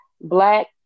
Black